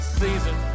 season